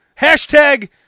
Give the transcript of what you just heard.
Hashtag